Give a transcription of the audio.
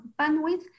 bandwidth